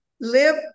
live